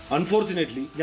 Unfortunately